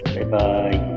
Bye-bye